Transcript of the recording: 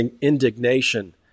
indignation